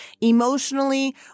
emotionally